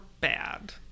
bad